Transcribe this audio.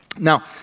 Now